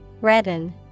Redden